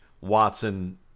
Watson